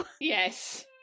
Yes